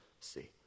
see